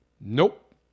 nope